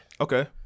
Okay